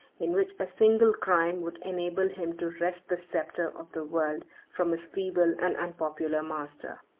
in which a single crime would enable him to wrest the sceptre of the world from his feeble and unpopular master.